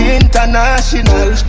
international